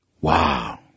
Wow